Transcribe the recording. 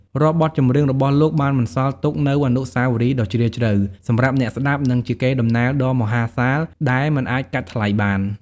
រាល់បទចម្រៀងរបស់លោកបានបន្សល់ទុកនូវអនុស្សាវរីយ៍ដ៏ជ្រាលជ្រៅសម្រាប់អ្នកស្តាប់ និងជាកេរដំណែលដ៏មហាសាលដែលមិនអាចកាត់ថ្លៃបាន។